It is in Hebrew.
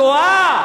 את טועה.